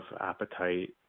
appetite